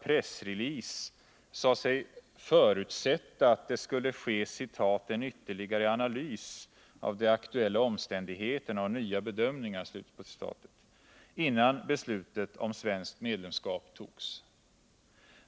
pressrelease sade sig förutsätta att det skulle ske ”en ytterligare analys av de aktuella omständigheterna och nya bedömningar” innan beslutet om svenskt medlemskap togs.